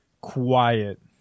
quiet